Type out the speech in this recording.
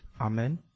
Amen